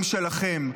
-- עבור החברים שלכם.